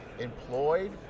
employed